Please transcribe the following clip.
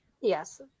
Yes